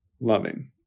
loving